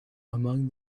among